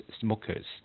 smokers